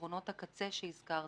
פתרונות הקצה שהזכרתם,